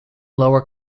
lower